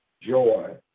joy